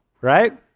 right